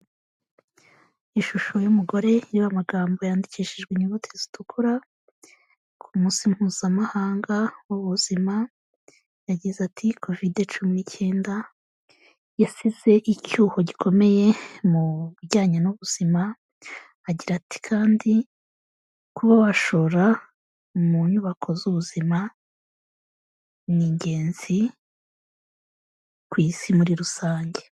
Ishusho y'umugore iriho amagambo yandikishijwe inyuguti zitukura ku munsi mpuzamahanga w'ubuzima yagize ati covide cumi n'icyenda yasize icyuho gikomeye mu bijyanye n'ubuzima, agira ati: "Kandi kuba washora mu nyubako z'ubuzima ni ingenzi ku isi muri rusange".